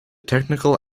technical